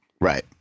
Right